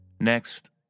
Next